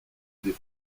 des